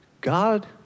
God